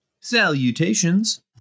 Salutations